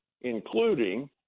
including